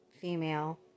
female